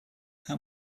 how